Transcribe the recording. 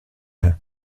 her